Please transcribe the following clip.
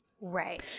Right